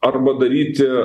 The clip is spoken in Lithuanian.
arba daryti